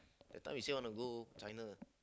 that time you say want to go China